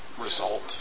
result